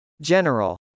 General